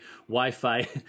Wi-Fi